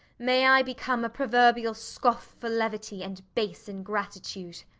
may i become a proverbial scoff for levity and base ingratitude.